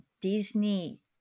Disney